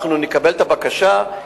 נקבל את הבקשה,